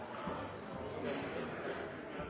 statsråd